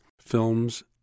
films